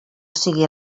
sigui